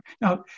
Now